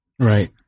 Right